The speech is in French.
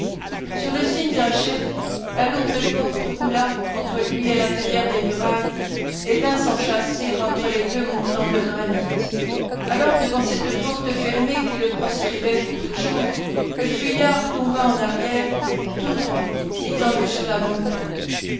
sur le signe d'un chef la lourde porte roula entre lui et l'intérieur des murailles et vint s'enchâsser entre les deux montants de granit alors devant cette porte fermée qui le proscrivait pour toujours le fuyard tomba en arrière tout droit étendu sur la montagne